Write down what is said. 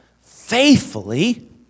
faithfully